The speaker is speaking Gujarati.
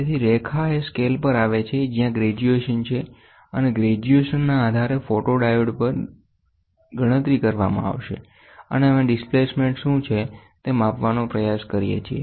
તેથી રેખા એ સ્કેલ પર આવે છે જ્યાં ગ્રેજ્યુએશન છે અને ગ્રેજ્યુએશનના આધારે ફોટોડાયોડ દ્વારા ગણતરી કરવામાં આવશે અને અમે ડિસ્પ્લેસમેન્ટ શું છે તે માપવાનો પ્રયાસ કરીએ છીએ